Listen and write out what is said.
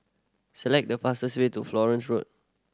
select the fastest way to Florence Road